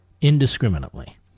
indiscriminately